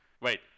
wait